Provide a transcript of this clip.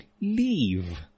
leave